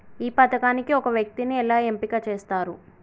ఈ పథకానికి ఒక వ్యక్తిని ఎలా ఎంపిక చేస్తారు?